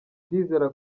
ndizera